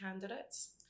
candidates